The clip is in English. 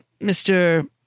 Mr